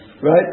right